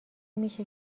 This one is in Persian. میشه